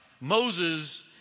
Moses